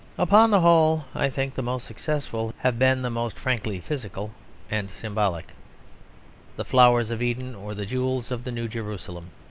upon the whole, i think, the most successful have been the most frankly physical and symbolic the flowers of eden or the jewels of the new jerusalem.